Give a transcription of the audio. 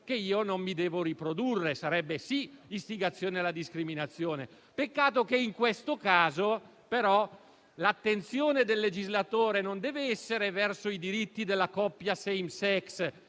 che io non mi devo riprodurre: sarebbe sì istigazione alla discriminazione. Peccato che in questo caso l'attenzione del legislatore non deve essere verso i diritti della coppia *same sex*,